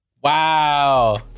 wow